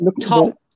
top